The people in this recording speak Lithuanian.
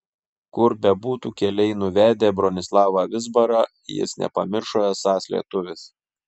kur bebūtų keliai nuvedę bronislavą vizbarą jis nepamiršo esąs lietuvis